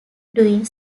doing